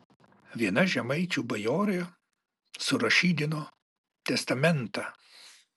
viena žemaičių bajorė surašydino testamentą